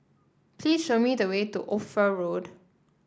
please show me the way to Ophir Road